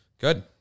good